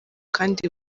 kandi